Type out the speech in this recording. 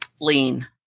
lean